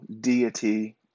deity